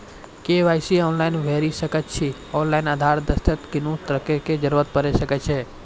KYC online भैरि सकैत छी, ऑनलाइन आधार देलासॅ कुनू तरहक डरैक जरूरत छै या नै कहू?